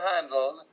handled